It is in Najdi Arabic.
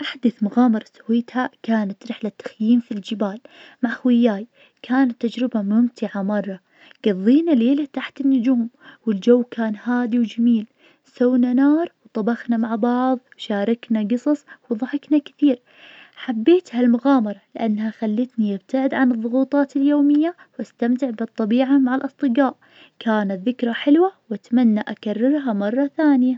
أحدث مغامرة سويتها, كانت رحلة تخييم في الجبال, مع خوياي, كانت تجربة ممتعة مرة, قضينا ليلة تحت النجوم, والجو كان هادي وجميل, سونا نار وطبخنا مع بعض وشاركنا قصص وضحكنا كثير, حبيت هالمغامرة لأنها خلتني أبتعد عن الضغوطات اليومية, واستمتع بالطبيعة مع الأصدقاء, كانت ذكرى حلوة واتمنى أكررها مرة ثانية.